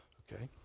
ok.